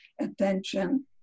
attention